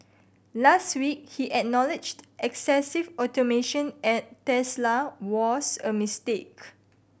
last week he acknowledged excessive automation at Tesla was a mistake